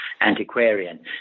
antiquarian